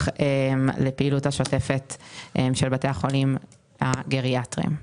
לפעילות השוטפת של בתי החולים הגריאטריים.